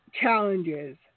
Challenges